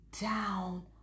down